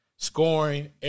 scoring